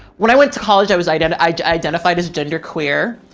when i went to college, i was identity. i identified as gender queer.